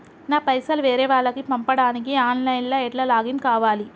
నా పైసల్ వేరే వాళ్లకి పంపడానికి ఆన్ లైన్ లా ఎట్ల లాగిన్ కావాలి?